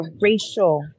racial